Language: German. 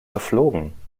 verflogen